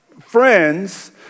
friends